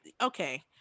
Okay